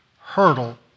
hurdle